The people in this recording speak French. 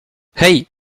hey